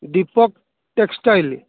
Deepak textile